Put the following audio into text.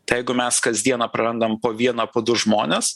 tai jeigu mes kasdieną prarandam po vieną po du žmones